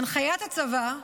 בהנחיית הצבא,